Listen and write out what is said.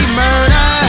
murder